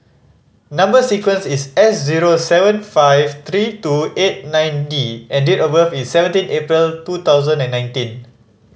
number sequence is S zero seven five three two eight nine D and date of birth is seventeen April two thousand and nineteen